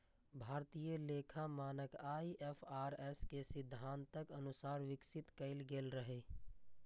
भारतीय लेखा मानक आई.एफ.आर.एस के सिद्धांतक अनुसार विकसित कैल गेल रहै